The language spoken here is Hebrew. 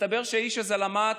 מסתבר שהאיש הזה למד